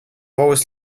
always